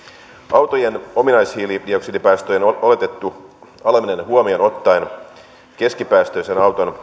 autojen ominaishiilidioksidipäästöjen oletettu aleneminen huomioon ottaen keskipäästöisen auton